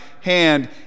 hand